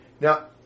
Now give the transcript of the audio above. Now